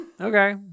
Okay